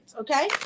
Okay